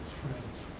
friends.